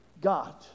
God